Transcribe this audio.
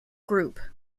group